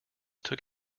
took